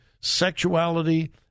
sexuality